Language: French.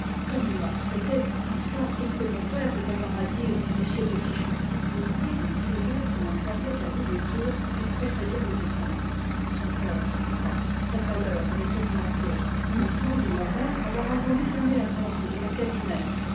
comme elle m'a traité ah çà qu'est-ce que mon père peut avoir à dire à m petit-jean le bruit d'une serrure que l'on fermait à double tour fit tressaillir le vicomte son père rentra sa pâleur avait augmenté il me semble mon père avoir entendu fermer la porte de mon cabinet